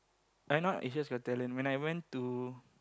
I not Asia's Got Talent when I went to